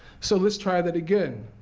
so let's try that again,